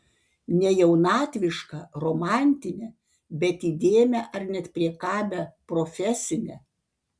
ne jaunatvišką romantinę bet įdėmią ar net priekabią profesinę